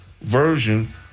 version